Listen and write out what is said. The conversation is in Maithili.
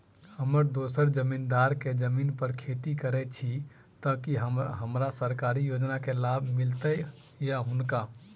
हम दोसर जमींदार केँ जमीन पर खेती करै छी तऽ की हमरा सरकारी योजना केँ लाभ मीलतय या हुनका?